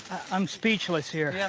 i'm speechless here. yeah